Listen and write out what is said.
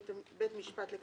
שלום,